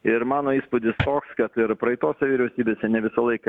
ir mano įspūdis toks kad ir praeitose vyriausybėse ne visą laiką